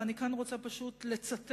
אני רוצה כאן פשוט לצטט,